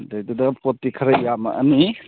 ꯑꯗꯨꯒꯤꯗꯨꯗ ꯄꯣꯠꯇꯤ ꯈꯔ ꯌꯥꯝꯂꯛꯑꯅꯤ